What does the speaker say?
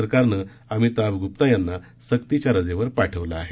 सरकारनं अमिताभ ग्प्ता यांना सक्तीच्या रजेवर पाठवलं आहे